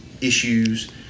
issues